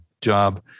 job